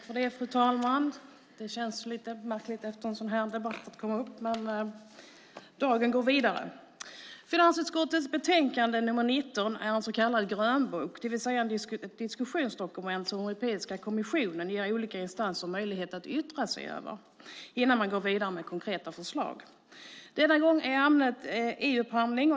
Fru talman! Det känns lite märkligt att gå upp i talarstolen efter en sådan här debatt, men dagen går vidare. Finansutskottets utlåtande nr 19 berör en så kallad grönbok, det vill säga ett diskussionsdokument där Europeiska kommissionen ger olika instanser möjlighet att yttra sig innan man går vidare med konkreta förslag. Denna gång är ämnet e-upphandling.